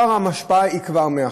ההשפעה היא כבר מעכשיו.